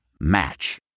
Match